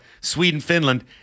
Sweden-Finland